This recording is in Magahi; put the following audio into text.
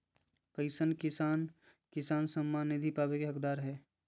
कईसन किसान किसान सम्मान निधि पावे के हकदार हय?